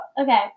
Okay